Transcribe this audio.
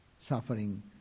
suffering